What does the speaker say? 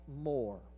more